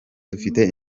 dufite